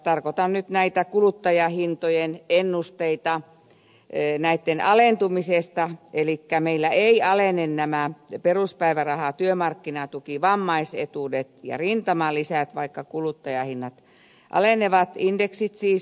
tarkoitan nyt näitä kuluttajahintojen ennusteita tukien alentumisesta elikkä meillä eivät alene nämä peruspäiväraha työmarkkinatuki vammaisetuudet ja rintamalisät vaikka kuluttajahinnat alenevat indeksit siis